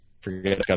forget